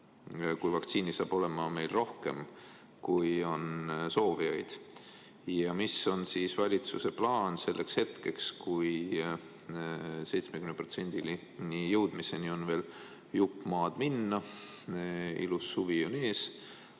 kui vaktsiini saab olema meil rohkem kui on soovijaid? Ja mis on valitsuse plaan selleks hetkeks, kui 70%-ni jõudmiseni on veel jupp maad minna ja ilus suvi on ees?